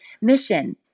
mission